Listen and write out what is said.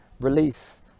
release